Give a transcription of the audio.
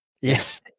Yes